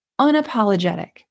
unapologetic